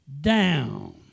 down